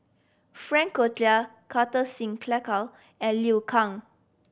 Frank Cloutier Kartar Singh Thakral and Liu Kang